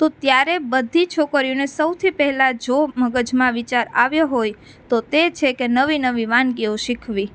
તો ત્યારે બધી છોકરીઓને સૌથી પહેલાં જો મગજમાં વિચાર આવ્યો હોય તો તે છે કે નવી નવી વાનગીઓ શીખવી